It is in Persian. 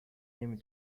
نمی